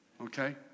Okay